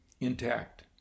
intact